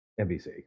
NBC